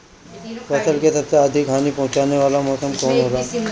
फसल के सबसे अधिक हानि पहुंचाने वाला मौसम कौन हो ला?